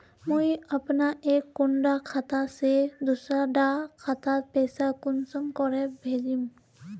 मुई अपना एक कुंडा खाता से दूसरा डा खातात पैसा कुंसम करे भेजुम?